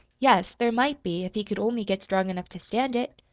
yes, there might be, if he could only get strong enough to stand it.